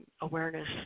awareness